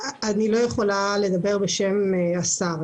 אני לא יכולה לדבר בשם השר.